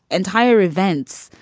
entire events.